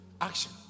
action